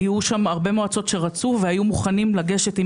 היו שם הרבה מועצות שרצו והיו מוכנים לגשת עם